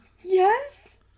Yes